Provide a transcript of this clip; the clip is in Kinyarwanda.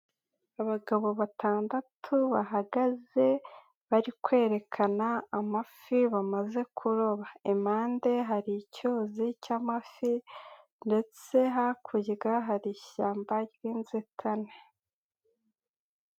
Abagabo batandatu bahagaze bari kwerekana amafi bamaze kuroba. Impande hari icyuzi cy'amafi ndetse hakurya hari ishyamba ry'inzitane.